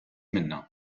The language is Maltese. minnha